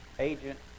agent